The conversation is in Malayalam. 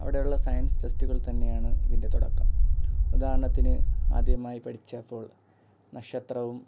അവിടെയുള്ള സയൻസ് ഫെസ്റ്റിവൽ തന്നെയാണ് ഇതിൻ്റെ തുടക്കം ഉദാഹരണത്തിന് ആദ്യമായി പഠിച്ചപ്പോൾ നക്ഷത്രവും